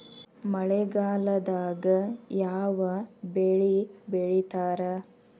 ಮಳೆಗಾಲದಾಗ ಯಾವ ಬೆಳಿ ಬೆಳಿತಾರ?